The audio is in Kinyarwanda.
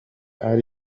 ari